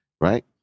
right